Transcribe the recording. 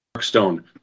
Stone